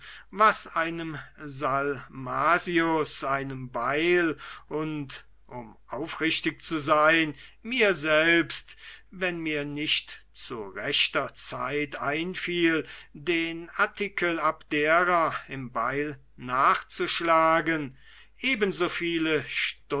was einem salmasius einem barnes einem bayle und um aufrichtig zu sein mir selbst weil mir nicht zu rechter zeit einfiel den artikel abdera im bayle nachzuschlagen eben so viele